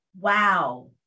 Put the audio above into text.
Wow